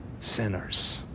sinners